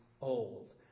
old